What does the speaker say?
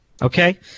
Okay